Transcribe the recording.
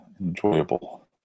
enjoyable